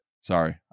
Sorry